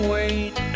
Wait